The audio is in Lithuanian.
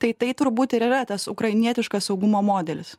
tai tai turbūt ir yra tas ukrainietiškas saugumo modelis